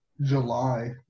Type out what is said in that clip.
July